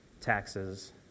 taxes